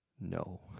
no